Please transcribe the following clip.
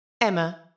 Emma